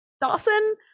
Dawson